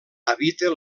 habita